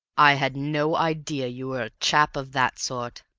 i had no idea you were a chap of that sort!